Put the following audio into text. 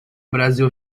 brasil